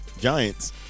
Giants